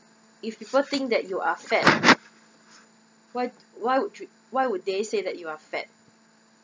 if people think that you are fat why why would why would they say that you are fat